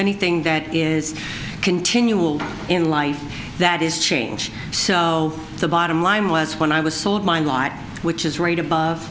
anything that is continual in life that is change the bottom line was when i was sold my life which is right above